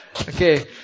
Okay